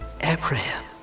Abraham